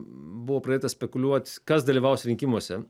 buvo pradėta spekuliuot kas dalyvaus rinkimuose